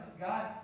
God